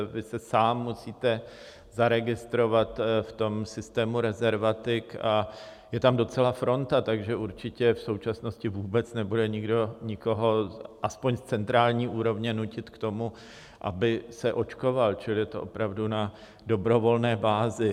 Vy se sám musíte zaregistrovat v systému Rezervatic a je tam docela fronta, takže určitě v současnosti vůbec nebude nikdo nikoho aspoň z centrální úrovně nutit k tomu, aby se očkoval, čili je to opravdu na dobrovolné bázi.